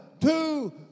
two